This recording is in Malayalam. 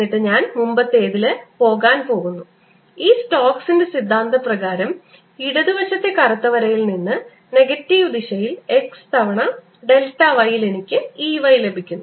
എന്നിട്ട് ഞാൻ മുമ്പത്തേതിലേക്ക് പോകാൻ പോകുന്നു ഈ സ്റ്റോക്സിന്റെ സിദ്ധാന്തപ്രകാരം ഇടത് വശത്തെ കറുത്ത വരയിൽ നിന്ന് നെഗറ്റീവ് ദിശയിൽ x തവണ ഡെൽറ്റ y യിൽ എനിക്ക് E y ലഭിക്കുന്നു